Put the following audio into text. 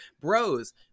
bros